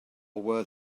were